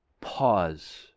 Pause